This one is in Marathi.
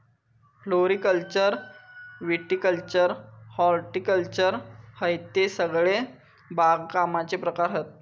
फ्लोरीकल्चर विटीकल्चर हॉर्टिकल्चर हयते सगळे बागकामाचे प्रकार हत